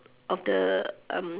of the um